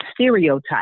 stereotype